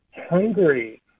hungry